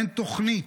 אין תוכנית,